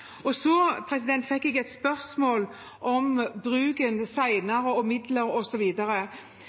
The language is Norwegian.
Så fikk jeg et spørsmål om senere bruk og midler